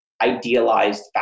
idealized